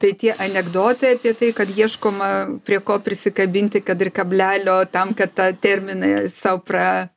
tai tie anekdotai apie tai kad ieškoma prie ko prisikabinti kad ir kablelio tam kad ta terminai sau pra